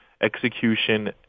execution